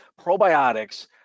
probiotics